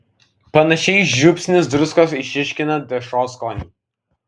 panašiai žiupsnis druskos išryškina dešros skonį